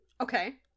Okay